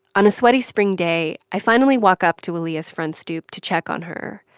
on a sweaty, spring day, i finally walk up to aaliyah's front stoop to check on her.